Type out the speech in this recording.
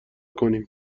کنیم